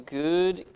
good